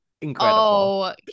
Incredible